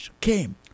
came